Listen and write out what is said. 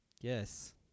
Yes